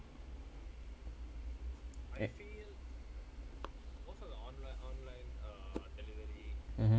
mmhmm